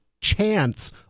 chance